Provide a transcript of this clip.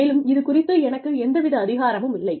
மேலும் இது குறித்து எனக்கு எந்தவித அதிகாரமும் இல்லை